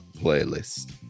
playlist